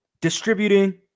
distributing